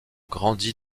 grandit